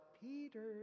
Peter